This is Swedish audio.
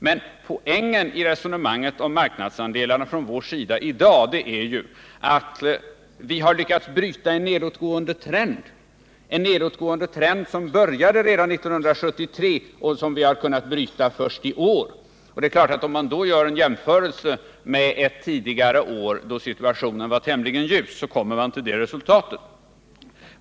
Men poängen i resonemanget om marknadsandelarna från vår sida i dag är ju att vi har lyckats bryta en nedåtgående trend, som började redan 1973 och som vi alltså har kunnat bryta först i år. Om man gör jämförelser med ett tidigare år då situationen var tämligen ljus, är det klart att man kommer till det resultatet.